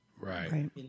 Right